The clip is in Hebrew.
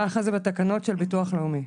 ככה זה בתקנות של ביטוח לאומי.